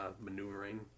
maneuvering